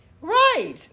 Right